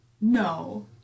no